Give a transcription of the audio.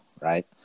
right